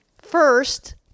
First